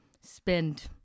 spend